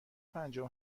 پنجاه